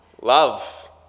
Love